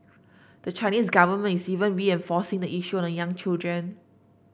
the Chinese government is even reinforcing the issue on young children